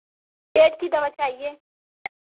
पेट की दवा चाहिए